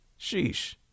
Sheesh